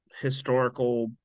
historical